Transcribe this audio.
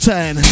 ten